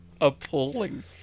appalling